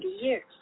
years